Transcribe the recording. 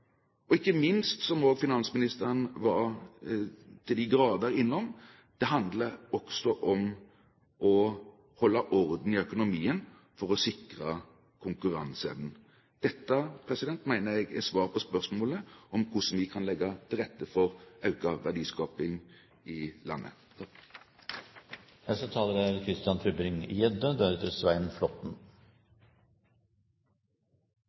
og ikke minst – som også finansministeren til de grader var innom – handler det om å holde orden i økonomien for å sikre konkurranseevnen. Dette mener jeg er svar på spørsmålet om hvordan vi kan legge til rette for økt verdiskaping i landet. Det er